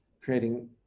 creating